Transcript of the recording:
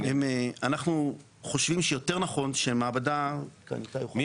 ואנחנו חושבים שיותר נכון שמעבדה --- מי